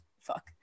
Fuck